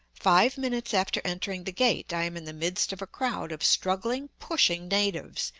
five minutes after entering the gate i am in the midst of a crowd of struggling, pushing natives,